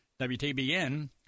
WTBN